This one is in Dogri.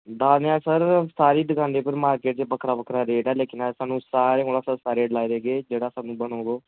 ते सर मार्किट च सारें दा बक्खरा बक्खरा रेट ऐ पर थुहानू सारें कोला सस्ता रेट डईओऊआ़ लाई देगे जेह्ड़ा होग